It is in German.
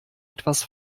etwas